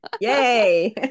Yay